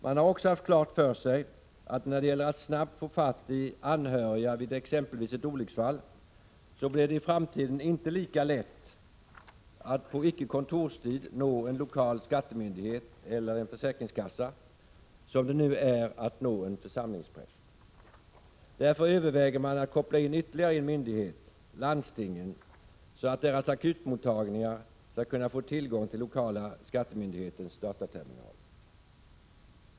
Man har också haft klart för sig att när det gäller att snabbt få fatt i anhöriga vid exempelvis ett olycksfall, så blir det i framtiden inte lika lätt att på icke kontorstid nå en lokal skattemyndighet eller försäkringskassa som det nu är att nå en församlingspräst. Därför överväger man att koppla in ytterligare en myndighet — landstingen, så att deras akutmottagningar skall kunna få tillgång till lokala skattemyndighetens dataterminal.